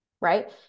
right